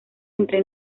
entre